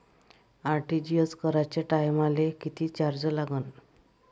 RTGS कराच्या टायमाले किती चार्ज लागन?